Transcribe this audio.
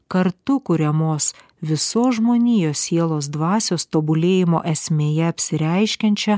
kartu kuriamos visos žmonijos sielos dvasios tobulėjimo esmėje apsireiškiančią